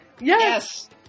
Yes